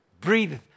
Breathe